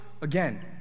again